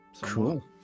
Cool